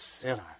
sinner